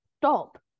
Stop